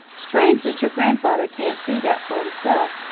strange that your grandfather can't see that for himself,